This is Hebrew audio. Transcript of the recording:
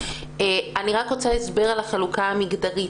הסבר על החלוקה המגדרית,